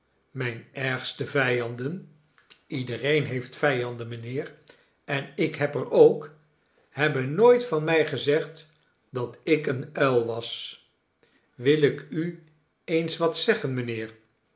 mijne ergste vijanden iedereen heeft vijanden mijnheer en ik heb er ook hebben nooit van mij gezegd dat ik een uil was wil ik u eens wat zeggen mijnheer